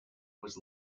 was